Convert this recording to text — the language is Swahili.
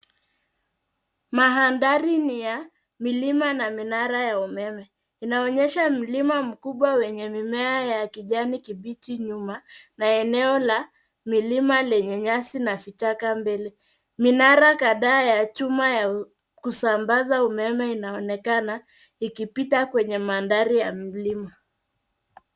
Mandhari ni ya milima na minara ya umeme. Inaonyesha mlima mkubwa wenye mimea ya kijani kibichi nyuma na eneo la milima lenye nyasi na vichaka mbele. Minara kadhaa ya chuma ya kusambaza umeme inaonekana ikipita kwenye mandhari ya milima.